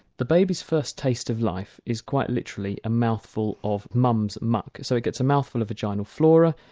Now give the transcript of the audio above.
the baby's first taste of life is quite literally a mouthful of mum's muck, so it gets a mouthful of vagina flora,